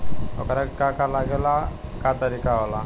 ओकरा के का का लागे ला का तरीका होला?